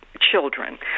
children